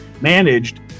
managed